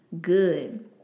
good